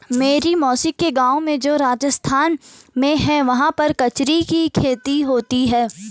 मेरी मौसी के गाँव में जो राजस्थान में है वहाँ पर कचरी की खेती होती है